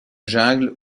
jungle